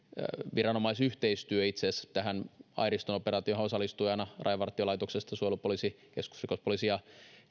viranomaisyhteistyö itse asiassa tähän airiston operaatioonhan osallistui rajavartiolaitos suojelupoliisi keskusrikospoliisi ja